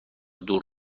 دور